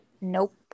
Nope